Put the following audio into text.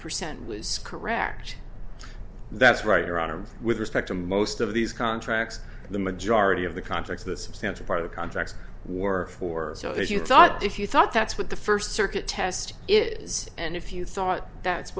percent was correct that's right your honor with respect to most of these contracts the majority of the contracts the substantial part of the contracts were for so as you thought if you thought that's what the first circuit test is and if you thought that's